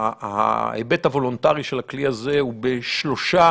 ההיבט הוולונטרי של הכלי הוא בשלושה